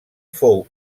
fou